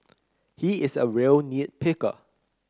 he is a real nit picker